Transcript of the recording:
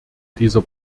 dieser